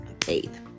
faith